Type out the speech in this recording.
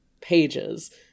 pages